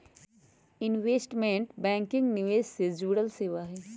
investment banking निवेश से जुड़ल सेवा हई